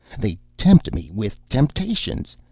they tempt me with temptations,